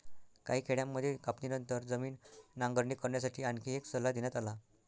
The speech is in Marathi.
काही खेड्यांमध्ये कापणीनंतर जमीन नांगरणी करण्यासाठी आणखी एक सल्ला देण्यात आला